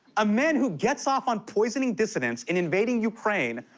a man who gets off on poisoning dissidents and invading ukraine,